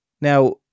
now